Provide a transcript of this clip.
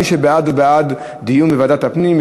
מי שבעד הוא בעד דיון בוועדת הפנים,